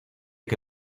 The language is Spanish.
que